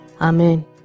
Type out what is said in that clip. Amen